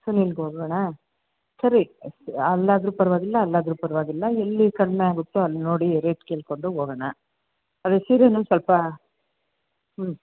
ಸುನಿಲ್ಗೆ ಹೋಗೋಣ ಸರಿ ಅಲ್ಲಾದ್ರೂ ಪರವಾಗಿಲ್ಲ ಅಲ್ಲಾದ್ರೂ ಪರವಾಗಿಲ್ಲ ಎಲ್ಲಿ ಕಡಿಮೆ ಆಗುತ್ತೋ ಅಲ್ಲಿ ನೋಡಿ ರೇಟ್ ಕೇಳ್ಕೊಂಡು ಹೋಗೋಣ ಅದೇ ಸೀರೆಯೂ ಸ್ವಲ್ಪ ಹ್ಞೂ